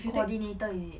coordinator is it